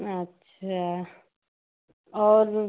अच्छा और वह